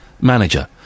manager